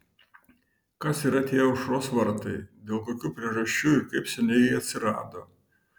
kas yra tie aušros vartai dėl kokių priežasčių ir kaip seniai jie atsirado